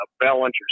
balance